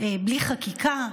בלי חקיקה.